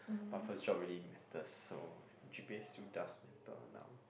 but first job really matters so G_P_A still does matter now